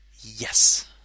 Yes